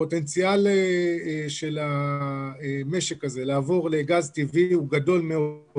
הפוטנציאל של המשק הזה לעבור לגז טבעי הוא גדול מאוד,